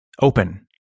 open